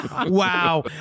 Wow